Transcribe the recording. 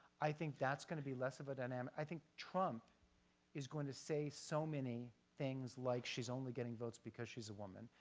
i think that's going to be less of a dynamic. i think trump is going to say so many things like, she's only getting votes because she's a woman,